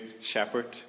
shepherd